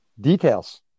details